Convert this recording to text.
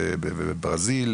בברזיל,